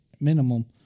minimum